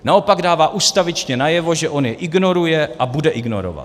Naopak dává ustavičně najevo, že on je ignoruje a bude ignorovat.